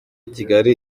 kigali